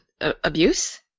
abuse